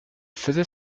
faisait